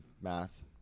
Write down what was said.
math